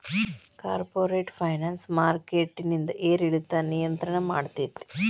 corporate finance ಮಾರ್ಕೆಟಿಂದ್ ಏರಿಳಿತಾನ ನಿಯಂತ್ರಣ ಮಾಡ್ತೇತಿ